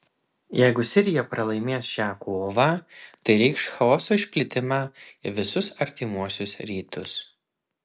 jeigu sirija pralaimės šią kovą tai reikš chaoso išplitimą į visus artimuosius rytus